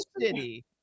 City